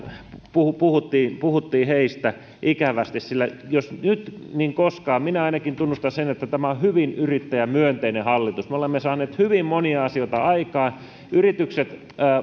puhuttiin puhuttiin ikävästi sillä ellei nyt niin ei koskaan minä ainakin tunnustan sen että tämä on hyvin yrittäjämyönteinen hallitus me olemme saaneet hyvin monia asioita aikaan yritykset